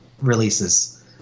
releases